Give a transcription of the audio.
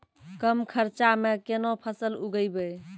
कम खर्चा म केना फसल उगैबै?